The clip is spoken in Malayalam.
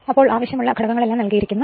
ഈ പരാമീറ്ററുകളെല്ലാം നൽകിയിരിക്കുന്നു